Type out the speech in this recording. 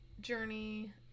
journey